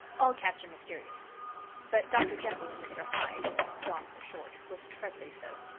all cats are mysterious but dr. jekyll-and-mr. hyde doc for short was trebly so.